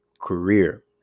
career